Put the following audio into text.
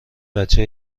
بچه